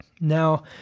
Now